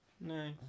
No